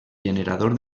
generador